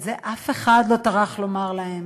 את זה אף אחד לא טרח לומר להם.